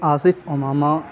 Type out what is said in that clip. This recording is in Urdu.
آصف عمامہ